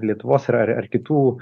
lietuvos rar ar kitų